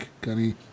Gunny